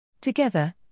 Together